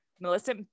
Melissa